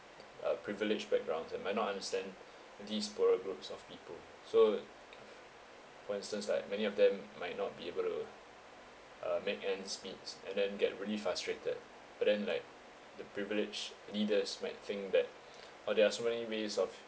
a privileged backgrounds and might not understand these poorer groups of people so for instance like many of them might not be able to uh make ends meets and then get really frustrated but then like the privilege leaders might think that oh there are so many ways of